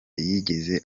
yigeze